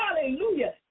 hallelujah